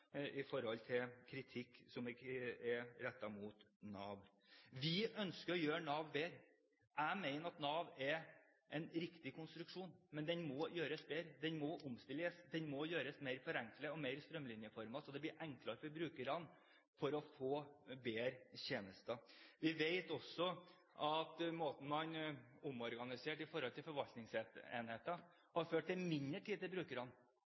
kritikk som er rettet mot Nav. Vi ønsker å gjøre Nav bedre. Jeg mener at Nav er en riktig konstruksjon, men den må gjøres bedre. Den må omstilles, den må forenkles og gjøres mer strømlinjeformet, så det blir enklere for brukerne, og de får bedre tjenester. Vi vet også at måten man omorganiserte forvaltningsenhetene på, har ført til mindre tid til brukerne